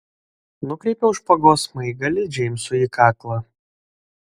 nukreipiau špagos smaigalį džeimsui į kaklą